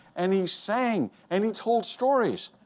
and he sang, and he told stories!